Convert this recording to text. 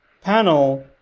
panel